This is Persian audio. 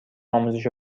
آموزش